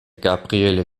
gabriele